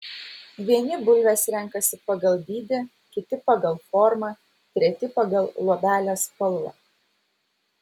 vieni bulves renkasi pagal dydį kiti pagal formą treti pagal luobelės spalvą